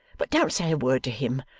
but don't say a word to him,